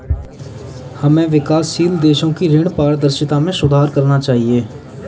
हमें विकासशील देशों की ऋण पारदर्शिता में सुधार करना चाहिए